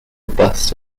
bust